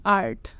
art